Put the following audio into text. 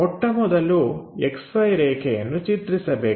ಮೊಟ್ಟಮೊದಲು XY ರೇಖೆಯನ್ನು ಚಿತ್ರಿಸಬೇಕು